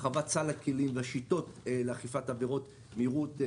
הרחבת סל הכלים והשיטות לאכיפת עבירות מהירות,